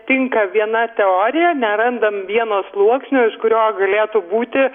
tinka viena teorija nerandam vieno sluoksnio iš kurio galėtų būti